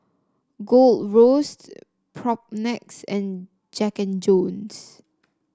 Gold Roast Propnex and Jack And Jones